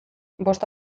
bost